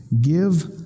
give